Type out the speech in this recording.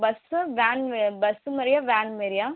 பஸ்ஸா van bus மாரியா van மாரியா